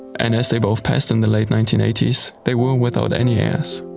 and as they both passed in the late nineteen eighty s, they were without any heirs.